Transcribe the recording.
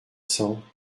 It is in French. cents